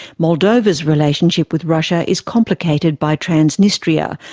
moldova's relationship with russia is complicated by transnistria,